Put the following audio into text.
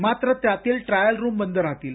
मात्र त्यातील trial room बंद राहतील